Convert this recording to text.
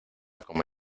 como